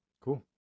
Cool